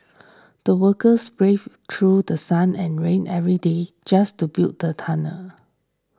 the workers braved through sun and rain every day just to build the tunnel